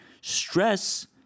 Stress